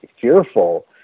fearful